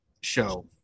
show